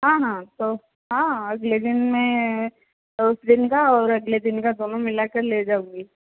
हाँ हाँ तो हाँ अगले दिन मैं उस दिन का और अगले दिन का दोनों मिलाकर ले जाऊँगी